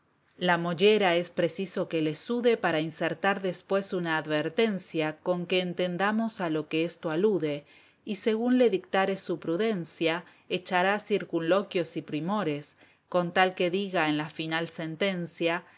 la mollera es preciso que le sude para insertar después una advertencia con que entendamos a lo que esto alude y según le dictare su prudencia echará circunloquios y primores con tal que diga en la final sentencia